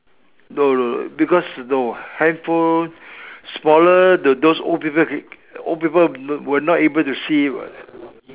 no no no because no handphone smaller the those old people old people will not able to see it [what]